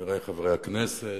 חברי חברי הכנסת,